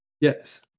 Yes